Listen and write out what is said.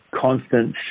constant